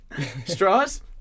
straws